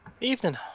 Evening